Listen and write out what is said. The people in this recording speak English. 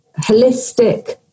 holistic